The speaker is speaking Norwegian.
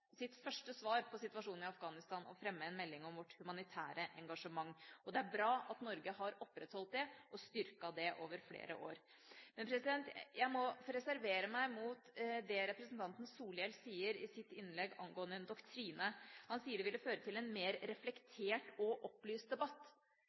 svar på situasjonen i Afghanistan å fremme en melding om vårt humanitære engasjement. Det er bra at Norge har opprettholdt det og styrket det over flere år. Jeg må få reservere meg mot det representanten Solhjell sier i sitt innlegg angående en doktrine. Han sier det vil føre til en mer